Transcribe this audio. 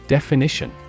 Definition